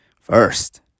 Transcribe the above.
First